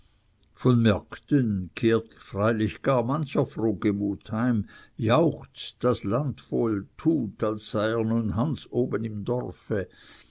von märkten kehrt freilich gar mancher frohgemut heim jauchzt das land voll tut als sei er nun hans oben im dorfe